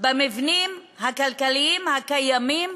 במבנים הכלכליים הקיימים